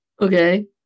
okay